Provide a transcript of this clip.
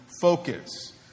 Focus